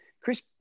Chris